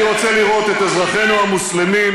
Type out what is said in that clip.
אני רוצה לראות את אזרחינו המוסלמים,